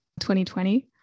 2020